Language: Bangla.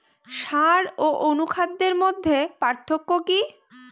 সার ও অনুখাদ্যের মধ্যে পার্থক্য কি?